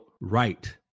right